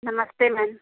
नमस्ते मैम